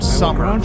summer